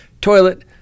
toilet